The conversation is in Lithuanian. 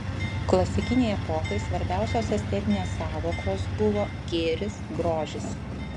klasikinei epochai svarbiausios estetinės sąvokos buvo gėris grožis